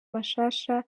mashasha